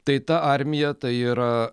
tai ta armija tai yra